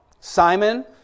Simon